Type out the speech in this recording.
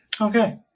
Okay